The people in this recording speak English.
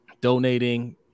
donating